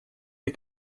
des